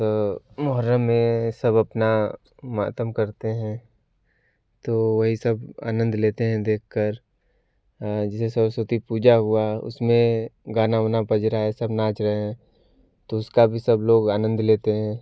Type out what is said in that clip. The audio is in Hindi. तो मोहर्रम में सब अपना मातम करते हैं तो वही सब आनंद लेते हैं देखकर जैसे सरस्वती पूजा हुआ उसमें गाना उना बज रहा है सब नाच रहे हैं तो उसका भी सब लोग आनंद लेते हैं